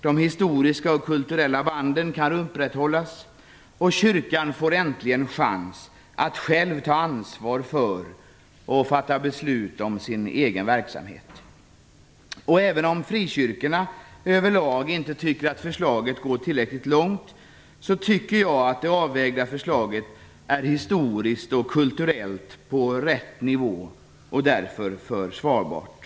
De historiska och kulturella banden kan upprätthållas, och inom kyrkan får man äntligen chans att själv ta ansvar för och fatta beslut om sin egen verksamhet. Även om man inom frikyrkorna över lag inte tycker att förslaget går tillräckligt långt, menar jag att det avvägda förslaget är på rätt nivå historiskt och kulturellt och därför försvarbart.